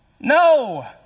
No